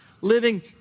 living